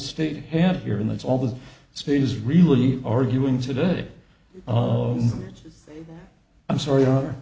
state had here and that's all the space is really arguing today oh i'm sorry are